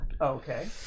Okay